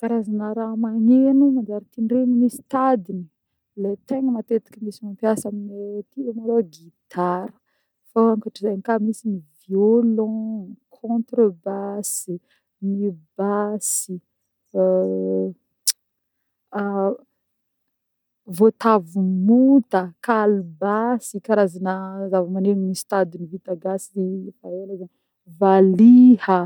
Karazagna raha magneno manjary tindrena misy tadiny le tegna matetiky misy mampiasa amineh aty malôha: gitara fô ankoatran'izegny koà misy ny violon, contre basse, ny basse, vôtavo mota, kaly basse karazagna zava-magneno misy tadiny vita gasy efa ela zegny, valiha.